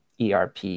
ERP